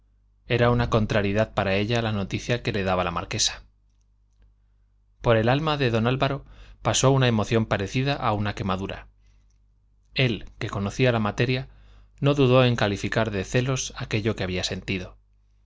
era una contrariedad para ella la noticia que le daba la marquesa por el alma de don álvaro pasó una emoción parecida a una quemadura él que conocía la materia no dudó en calificar de celos aquello que había sentido